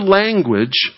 language